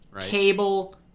Cable